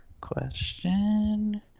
Question